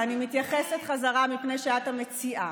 ואני מתייחסת חזרה מפני שאת המציעה.